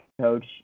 coach